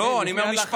לא, אני אומר משפחה.